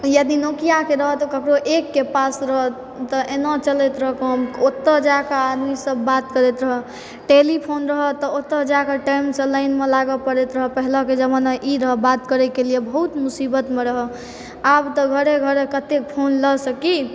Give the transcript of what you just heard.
यदि नोकिआके रहऽ तऽ ककरो एकके पास रहऽ तऽ एना चलैत रहऽ काम ओतए जाके आदमीसभ बात करैत रहऽ टेलीफोन रहऽ तऽ ओतय जाके टाइमसँ लाइनमे लागय परैत रहऽ पहिलेके जमाना ई रहऽ बात करयके लिय बहुत मुसीबतमे रहऽ आब तऽ घरे घरे कतेक फोनलऽ सकी